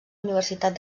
universitat